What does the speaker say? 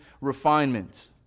refinement